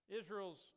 Israel's